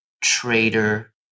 trader